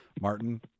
Martin